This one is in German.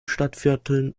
stadtvierteln